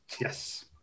Yes